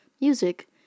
music